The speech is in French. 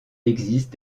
existe